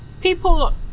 people